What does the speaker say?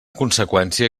conseqüència